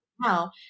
now